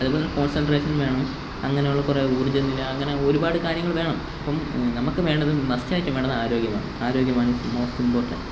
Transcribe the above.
അതേപോലെന്നെ concentration വേണം അങ്ങനെ ഉള്ള കുറേ ഊർജനില അങ്ങനെ ഒരുപാട് കാര്യങ്ങള് വേണം ഇപ്പോള് നമുക്ക് വേണ്ടത് മസ്റ്റായിട്ടും വേണ്ടത് ആരോഗ്യമാണ് ആരോഗ്യമാണ് ഈസ് മോസ്റ്റ് ഇമ്പോർട്ടൻ്റ്